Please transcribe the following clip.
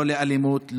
לא לאלימות,